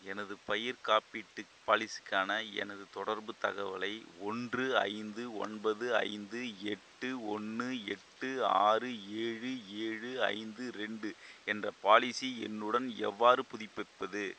எனது பயிர் காப்பீட்டு பாலிசிக்கான எனது தொடர்புத் தகவலை ஒன்று ஐந்து ஒன்பது ஐந்து எட்டு ஒன்று எட்டு ஆறு ஏழு ஏழு ஐந்து ரெண்டு என்ற பாலிசி எண்ணுடன் எவ்வாறு புதுப்பிப்பது